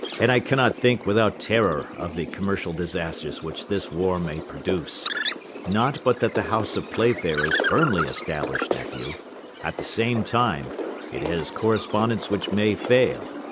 and i cannot think without terror of the commercial disasters which this war may produce not but that the house of playfair is firmly established, nephew at the same time it has correspondents which may fail.